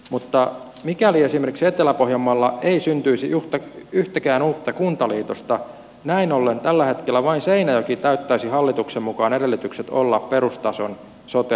mutta mikäli esimerkiksi etelä pohjanmaalla ei syntyisi yhtäkään uutta kuntaliitosta näin ollen tällä hetkellä vain seinäjoki täyttäisi hallituksen mukaan edellytykset olla perustason sote alueen vastuukunta